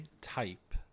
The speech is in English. type